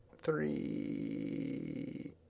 three